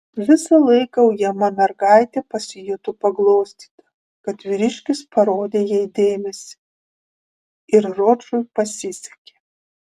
visą laiką ujama mergaitė pasijuto paglostyta kad vyriškis parodė jai dėmesį ir ročui pasisekė